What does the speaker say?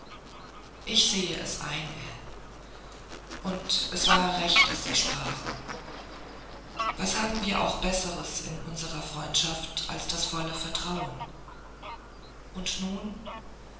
ich sehe es ein ell und es war recht daß sie sprachen was haben wir auch besseres in unsrer freundschaft als das volle vertrauen und nun